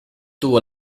tuvo